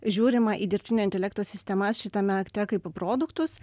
žiūrima į dirbtinio intelekto sistemas šitame akte kaip į produktus